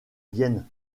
vienne